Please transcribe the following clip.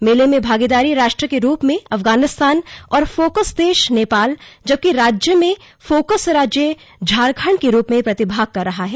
मेले में भागीदार राष्ट्र के रूप में अफगानिस्तान और फोकस देश नेपाल जबकि राज्यों में फोकस राज्य झारखंड के रूप में प्रतिभाग कर रहा है